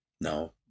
no